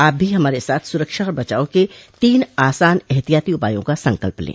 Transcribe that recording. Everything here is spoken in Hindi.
आप भी हमारे साथ सुरक्षा और बचाव के तीन आसान एहतियाती उपायों का संकल्प लें